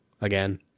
again